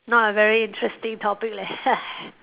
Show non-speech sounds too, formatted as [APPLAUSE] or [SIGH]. not a very interesting topic leh [LAUGHS]